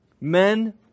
men